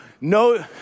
no